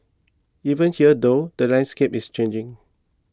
even here though the landscape is changing